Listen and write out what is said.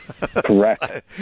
Correct